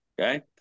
Okay